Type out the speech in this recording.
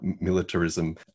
militarism